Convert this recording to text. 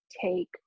take